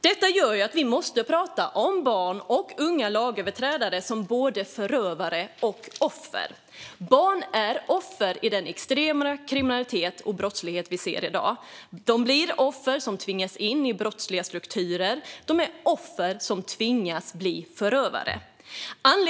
Detta gör att vi måste prata om barn och unga lagöverträdare som både förövare och offer. Barn är offer i den extrema kriminalitet och brottslighet som vi ser i dag. De blir offer som tvingas in i brottsliga strukturer. De är offer som tvingas att bli förövare.